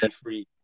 free